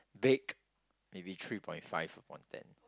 big maybe three point five on ten